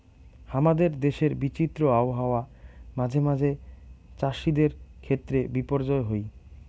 হামাদের দেশের বিচিত্র আবহাওয়া মাঝে মাঝে চ্যাসিদের ক্ষেত্রে বিপর্যয় হই